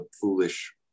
foolish